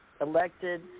elected